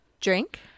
drink